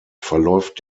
verläuft